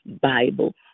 Bible